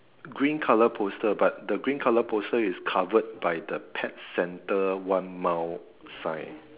green colour poster but the green colour poster is covered by the pet centre one mile sign